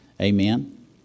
Amen